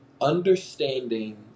Understanding